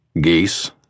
Geese